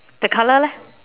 the color leh